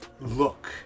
look